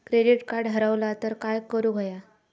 Credit card हरवला तर काय करुक होया?